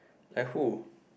like who